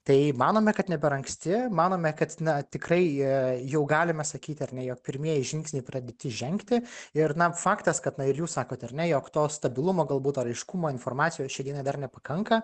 tai manome kad ne per anksti manome kad na tikrai jau galima sakyti ar ne jog pirmieji žingsniai pradėti žengti ir na faktas kad na ir jūs sakot ar ne jog to stabilumo galbūt raiškumo informacijos šiai dienai dar nepakanka